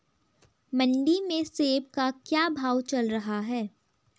मंडी में सेब का क्या भाव चल रहा है?